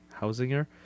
Housinger